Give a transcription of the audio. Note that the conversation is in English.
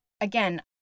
again